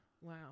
wow